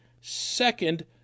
second